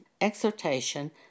Exhortation